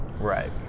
right